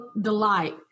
delight